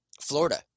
Florida